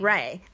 Right